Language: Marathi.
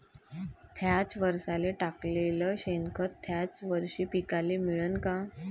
थ्याच वरसाले टाकलेलं शेनखत थ्याच वरशी पिकाले मिळन का?